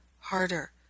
harder